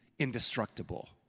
indestructible